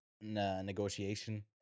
negotiation